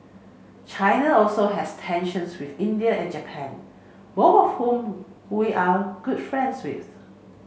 China also has tensions with India and Japan both of whom we are good friends with